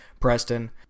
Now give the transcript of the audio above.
Preston